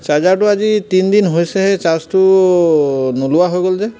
চাৰ্জাৰটো আজি তিনিদিন হৈছেহে চাৰ্জটো নোলোৱা হৈ গ'ল যে